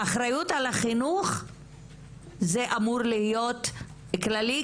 האחריות על החינוך אמורה להיות משהו כללי,